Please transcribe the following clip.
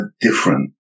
different